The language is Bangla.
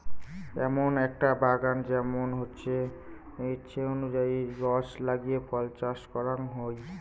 এমন আকটা বাগান যেমন ইচ্ছে অনুযায়ী গছ লাগিয়ে ফল চাষ করাং হই